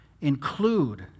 Include